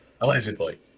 Allegedly